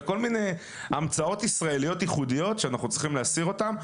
וכל מיני המצאות ישראליות ייחודיות שאנחנו צריכים להסיר אותן.